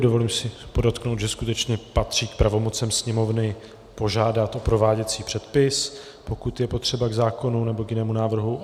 Dovolím si podotknout, že skutečně patří k pravomocem Sněmovny požádat o prováděcí předpis, pokud je potřeba k zákonu nebo k jinému návrhu.